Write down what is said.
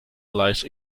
lies